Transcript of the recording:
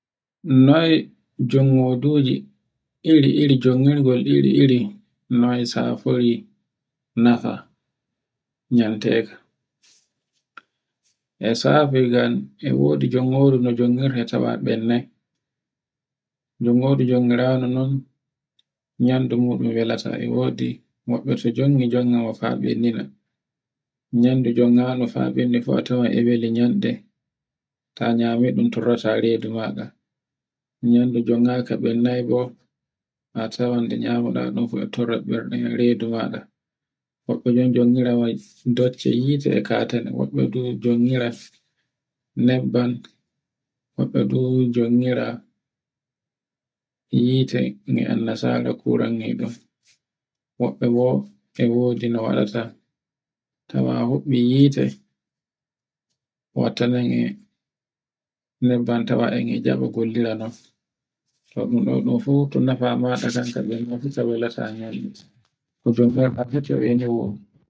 Noy jongoduje, iri-iri jongitgol, iri-iri noy safori nafa nyante. E safi ngam e wodi jongore ndu jongirte tawa bilna. Jongedu jongirande non nyandu muɗum wela sa e wodi noɗɗe to jongi-jongi fa ɓendita, yande jongama fa ɓendi fu a tawan ko weli nyanɗe, ta nyame ɗun torota redu maɗa woɓɓe ben e jongira wai docce hite e katana woɓɓe bo e jongira nebban, woɓɓe bo jongira hite no nasara, woɓɓe bo e wodi nebe waɗata tawa huɓɓi hite watanan e nebban tawa jaba gollira non. to ɗun ɗo fu to nafa maɗa ka berna fu ka wela